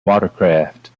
watercraft